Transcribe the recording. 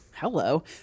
Hello